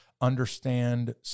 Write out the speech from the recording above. understand